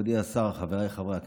מכובדי השר, חבריי חברי הכנסת,